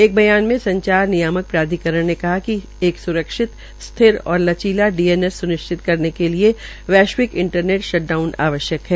एक बयान संचार नियामक प्राधिकरण ने कहा कि एक स्रक्षित स्थिर ओर लचीला डीएनएस सुनिश्चित करने के लिए इंटरनेट शटडाउन आवश्यक है